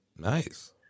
Nice